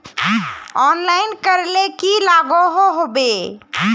Online करले की लागोहो होबे?